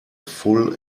full